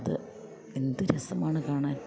അത് എന്തു രസമാണ് കാണാൻ